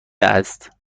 است